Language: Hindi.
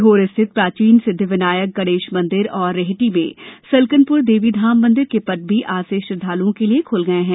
सीहोर स्थित प्राचीन सिद्ध विनायक गणेश मंदिर और रेहटी में सलकनपुर देवी धाम मंदिर के पट भी आज से श्रद्वालुओं के लिये खुल गये हैं